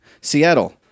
Seattle